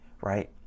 right